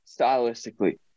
stylistically